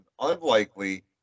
unlikely